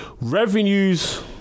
revenues